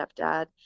stepdad